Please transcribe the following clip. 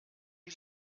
die